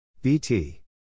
BT